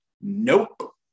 Nope